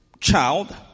child